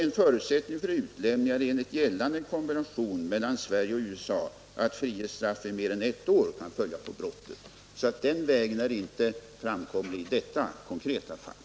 En förutsättning för utlämning är enligt gällande konvention mellan Sverige och USA att frihetsstraff i mer än ett år kan följa på brottet. Den vägen är sålunda inte framkomlig i detta konkreta fall.